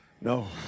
No